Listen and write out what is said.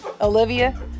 Olivia